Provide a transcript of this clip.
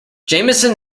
jamison